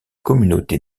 communauté